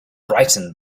brightened